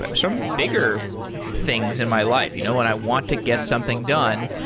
some bigger things in my life. you know when i want to get something done,